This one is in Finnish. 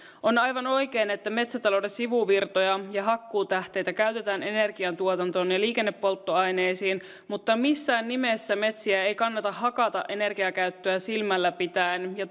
on aivan oikein että metsätalouden sivuvirtoja ja hakkuutähteitä käytetään energiantuotantoon ja liikennepolttoaineisiin mutta missään nimessä metsiä ei kannata hakata energiakäyttöä silmällä pitäen ja